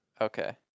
Okay